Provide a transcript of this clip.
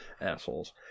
assholes